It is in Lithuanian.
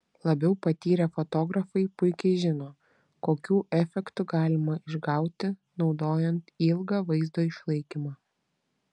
labiau patyrę fotografai puikiai žino kokių efektų galima išgauti naudojant ilgą vaizdo išlaikymą